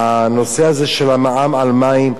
הנושא הזה של המע"מ על מים,